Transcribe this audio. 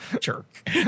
Jerk